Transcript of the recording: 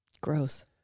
Gross